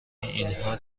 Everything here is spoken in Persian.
اینها